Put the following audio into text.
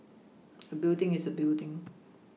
a building is a building